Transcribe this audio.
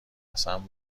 قسم